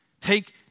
Take